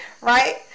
Right